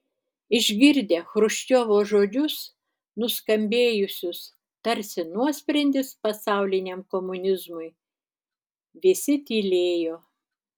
išgirdę chruščiovo žodžius nuskambėjusius tarsi nuosprendis pasauliniam komunizmui visi tylėjo